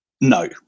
No